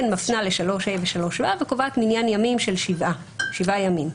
מפנה ל-3ה ו-3ו וקובעת מניין ימים של שבעה ימים.